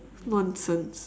nonsense